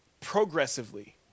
progressively